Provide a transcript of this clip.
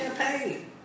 champagne